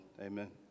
Amen